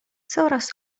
coraz